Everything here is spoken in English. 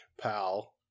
pal